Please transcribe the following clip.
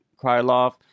Krylov